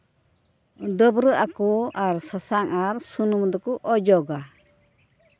ᱰᱟᱹᱵᱨᱟᱹᱜ ᱟᱠᱚ ᱟᱨ ᱥᱟᱥᱟᱝ ᱟᱨ ᱥᱩᱱᱩᱢ ᱫᱚᱠᱚ ᱚᱡᱚᱜᱟ